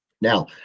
Now